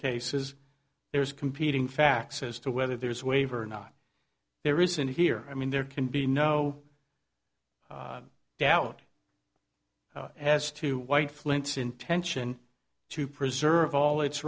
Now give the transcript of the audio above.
cases there's competing facts as to whether there's waiver or not there isn't here i mean there can be no doubt as to white flints intention to preserve all it